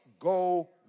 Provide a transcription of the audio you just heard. Go